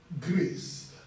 grace